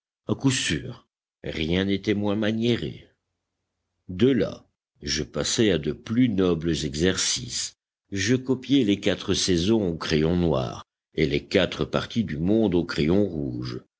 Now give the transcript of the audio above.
à coup sûr rien n'était moins maniéré de là je passai à de plus nobles exercices je copiai les quatre saisons au crayon noir et les quatre parties du monde au crayon rouge